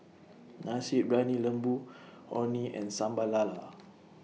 Nasi Briyani Lembu Orh Nee and Sambal Lala